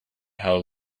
how